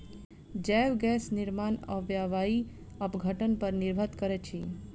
जैव गैस निर्माण अवायवीय अपघटन पर निर्भर करैत अछि